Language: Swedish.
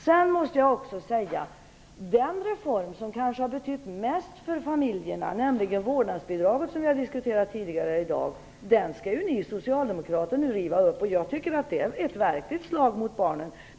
Sedan måste jag också säga att den reform som kanske har betytt mest för familjerna, nämligen vårdnadsbidraget, som vi har diskuterat tidigare i dag, skall ju ni socialdemokrater nu riva upp. Jag tycker att det är ett verkligt slag mot barnen.